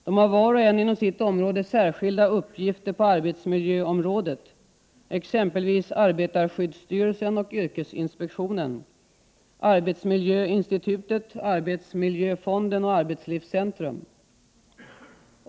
De har, var och en inom sitt område, särskilda uppgifter på arbetsmiljöområdet, exempelvis arbetarskyddsstyrelsen och yrkesinspektionen, arbetsmiljöinstitutet, arbetsmiljöfonden och arbetslivscentrum.